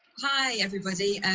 hi, everybody.